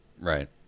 Right